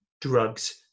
Drugs